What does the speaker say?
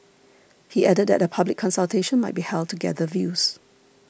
he added that a public consultation might be held to gather views